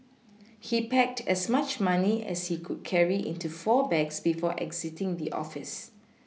he packed as much money as he could carry into four bags before exiting the office